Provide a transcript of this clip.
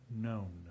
known